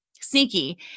sneaky